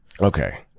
Okay